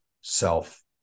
self